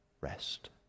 rest